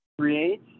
create